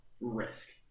risk